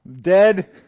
Dead